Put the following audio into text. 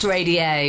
Radio